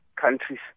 countries